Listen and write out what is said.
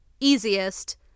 easiest